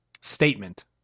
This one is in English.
statement